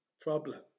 problem